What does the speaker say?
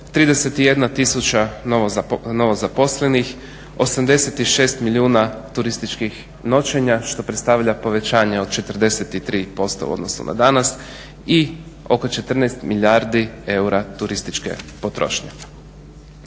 31 tisuća novo zaposlenih, 86 milijuna turističkih noćenja što predstavlja povećanje od 43% u odnosu na danas i oko 14 milijardi eura turističke potrošnje.